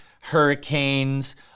hurricanes